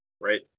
right